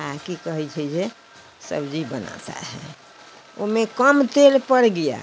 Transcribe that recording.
आ कि कहै छै जे सब्ज़ी बनाता है ओ में कम तेल पर गया